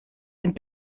and